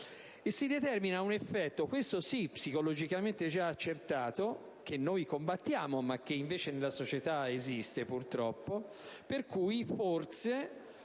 Si determina così un effetto, questo sì psicologicamente già accertato, che noi combattiamo ma che, invece, nella società, purtroppo, esiste.